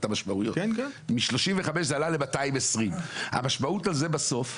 לא יודע מזה ואז קרן הניקיון לוקחים הלוואה לקורונה.